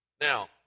Now